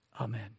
Amen